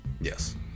Yes